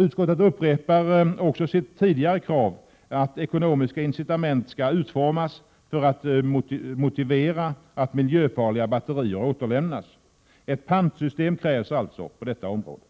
Utskottet upprepar också sitt tidigare krav att ekonomiska incitament skall utformas för att motivera att miljöfarliga batterier återlämnas. Ett pantsystem krävs alltså på detta område.